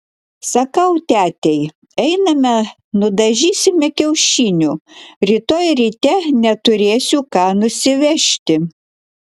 sakau tetei einame nudažysime kiaušinių rytoj ryte neturėsiu ką nusivežti